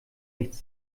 nichts